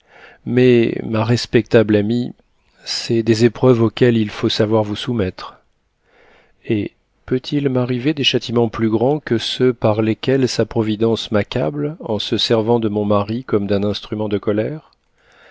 mais ma respectable amie c'est des épreuves auxquelles il faut savoir vous soumettre eh peut-il m'arriver des châtiments plus grands que ceux par lesquels sa providence m'accable en se servant de mon mari comme d'un instrument de colère